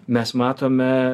mes matome